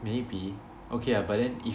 maybe okay ah but then if